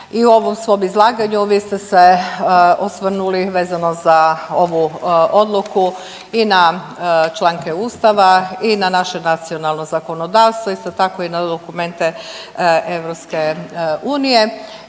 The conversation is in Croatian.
i u ovom svom izlaganju ovdje ste se osvrnuli vezano za ovu odluku i na članke Ustava i na naše nacionalno zakonodavstvo, isto tako i na dokumente EU.